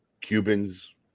Cubans